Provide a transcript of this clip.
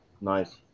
Nice